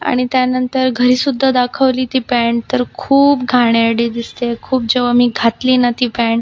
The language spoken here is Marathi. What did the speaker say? आणि त्यानंतर घरीसुद्धा दाखवली ती पँट तर खूप घाणेरडी दिसते खूप जेव्हा मी घातली ना ती पँट